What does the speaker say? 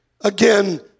again